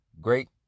great